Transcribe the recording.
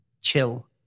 chill